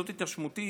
זאת התרשמותי,